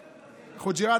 חוג'יראת,